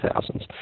thousands